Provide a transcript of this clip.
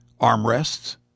armrests